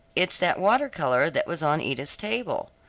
it's that water-color that was on edith's table.